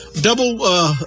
double